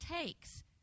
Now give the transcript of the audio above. takes